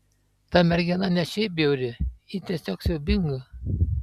ta mergina ne šiaip bjauri ji tiesiog siaubinga